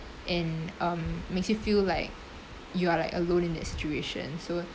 and um makes you feel like you are like alone in that situation so